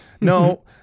no